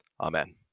Amen